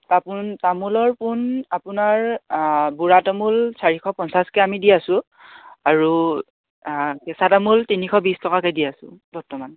তাপোন তামোলৰ পোন আপোনাৰ বুঢ়া তামোল চাৰিশ পঞ্চাছ কে আমি দি আছোঁ আৰু কেঁচা তামোল তিনিশ বিশ টকা কে দি আছোঁ বৰ্তমান